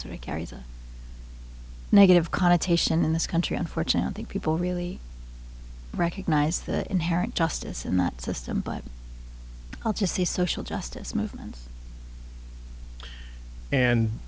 survey carries a negative connotation in this country unfortunately people really recognize the inherent justice in that system but i'll just say social justice movements and